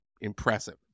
impressive